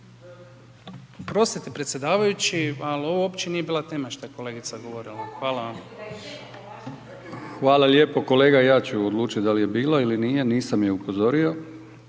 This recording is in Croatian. Oprostite predsjedavajući, ali ovo uopće nije bila tema što je kolegica govorila. Hvala vam. **Brkić, Milijan (HDZ)** Hvala lijepo kolega, ja ću odlučiti da li je bila ili nije, nisam je upozorio.